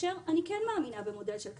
כאשר אני כן מאמינה במודל של קנסות,